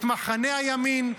את מחנה הימין,